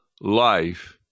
life